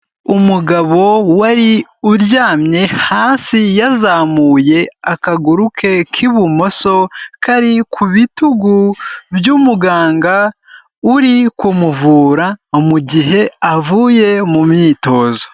Umugabo wari uryamye hasi yazamuye akaguru ke k'ibumoso, kari ku bitugu by'umuganga uri kumuvura mu gihe avuye mu myitozo.